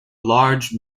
large